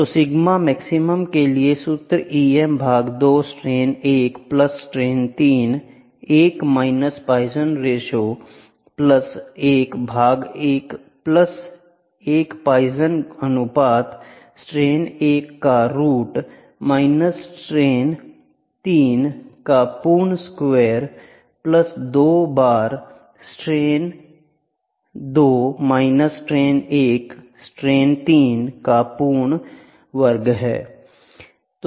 तो sigma maximum के लिए सूत्र E m भाग 2 strain 1 plus strain 3 1 minus poison अनुपात प्लस 1 भाग 1 प्लस 1 पॉइज़न अनुपात स्ट्रेन 1 का रूट माइनस स्ट्रेन 3 का पूर्ण स्क्वायर प्लस 2 बार स्ट्रेन 2 माइनस स्ट्रेन 1 स्ट्रेन 3 का पूर्ण वर्ग है